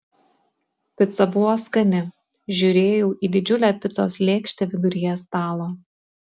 pica buvo skani žiūrėjau į didžiulę picos lėkštę viduryje stalo